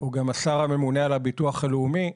הוא גם השר הממונה על הביטוח הלאומי.